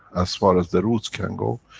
as far as their roots can go,